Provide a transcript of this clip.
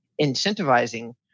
incentivizing